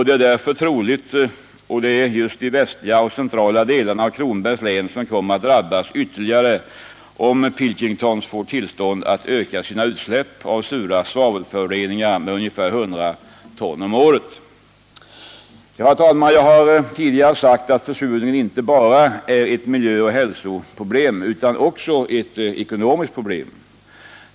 Det är därför troligt att det är just de västliga och centrala delarna av Kronobergs län som kommer att drabbas ytterligare om Pilkington får tillstånd att öka sina utsläpp av sura svavelföroreningar med ungefär 100 ton om året. Herr talman! Jag har tidigare sagt att försurningen inte bara är ett miljöoch hälsoproblem utan också ett ekonomiskt problem.